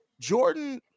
Jordan